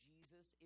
Jesus